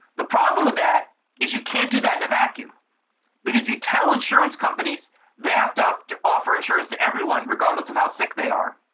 the problem with that is you can't do that in a vacuum because you tell insurance companies they have to to offer insurance to everyone, regardless of how sick they are,